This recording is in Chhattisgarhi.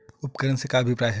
उपकरण से का अभिप्राय हे?